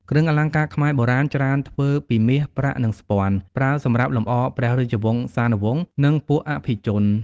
គ្រឿងអលង្ការខ្មែរបុរាណច្រើនធ្វើពីមាស ប្រាក់ និងស្ពាន់ ប្រើសម្រាប់លម្អព្រះរាជវង្សានុវង្ស និងពួកអភិជន។